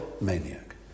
maniac